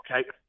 okay